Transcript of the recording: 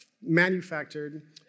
manufactured